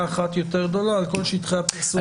אחת יותר גדולה על כל שטחי הפרסום.